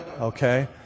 okay